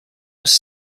was